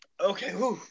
Okay